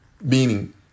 Meaning